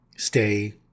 Stay